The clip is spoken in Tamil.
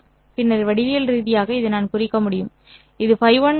பின்னர் வடிவியல் ரீதியாக இதை நான் குறிக்க முடியும் இது Ф1 அச்சு